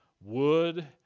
wood